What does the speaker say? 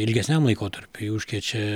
ilgesniam laikotarpiui užkrečia